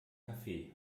café